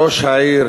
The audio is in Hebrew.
ראש העיר